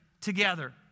together